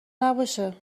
نباشه